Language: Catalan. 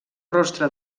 rostre